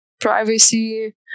privacy